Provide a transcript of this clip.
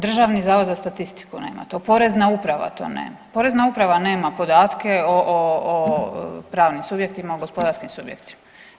Državni zavod za statistiku nema to, Porezna uprava to nema, Porezna uprava nema podatke o pravnim subjektima, o gospodarskim subjektima.